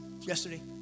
yesterday